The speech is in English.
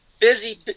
busy